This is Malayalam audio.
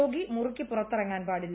രോഗി മുറിക്ക് പുറത്തിറങ്ങാൻ പാടില്ല